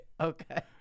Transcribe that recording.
Okay